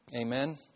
Amen